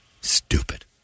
Stupid